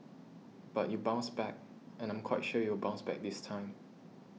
but you bounced back and I'm quite sure you'll bounce back this time